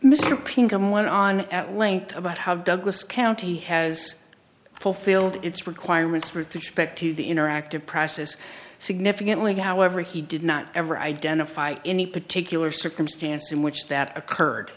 mr pink and went on at length about how douglas county has fulfilled its requirements for fischbeck to the interactive process significantly however he did not ever identify any particular circumstance in which that occurred